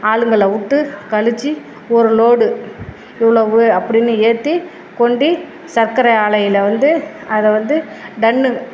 ஆளுங்களை விட்டு கழிச்சி ஒரு லோடு இவ்வளவு அப்படின்னு ஏற்றி கொண்டு சர்க்கரை ஆலையில் வந்து அதை வந்து டன்னு